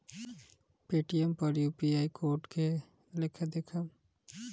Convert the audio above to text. Paytm पर UPI code के लेखा देखम?